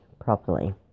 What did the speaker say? properly